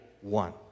one